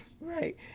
Right